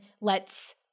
lets